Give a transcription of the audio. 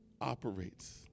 operates